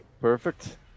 perfect